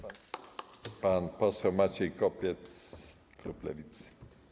Pan poseł Maciej Kopiec, klub Lewicy.